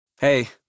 Hey